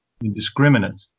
indiscriminate